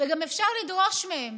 גם אפשר לדרוש מהם